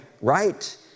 right